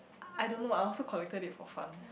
I don't know I also collected it for fun